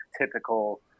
typical